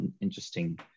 interesting